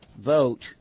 vote